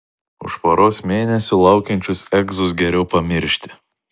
už poros mėnesių laukiančius egzus geriau pamiršti